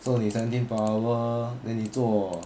so 你 seventeen per hour then 你做